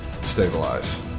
stabilize